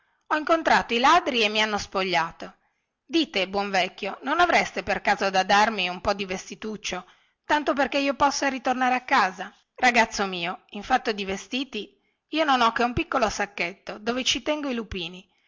ho incontrato i ladri e mi hanno spogliato dite buon vecchio non avreste per caso da darmi un po di vestituccio tanto perché io possa ritornare a casa ragazzo mio in fatto di vestiti io non ho che un piccolo sacchetto dove ci tengo i lupini